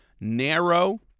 narrow